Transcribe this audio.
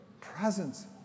presence